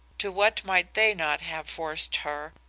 to what might they not have forced her,